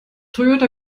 toyota